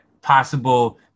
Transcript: possible